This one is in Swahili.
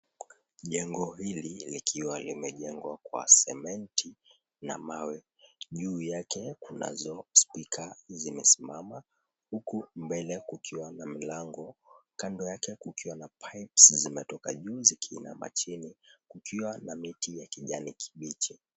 Jengo hili likiwa limejengwa kwa sementi na mawe, juu yake kunazo spika zimesimama huku mbele kukiwa na milango, kando yake kukiwa na pipes zimetoka juu zikiinama chini kukiwa na miti ya kijani kibichi.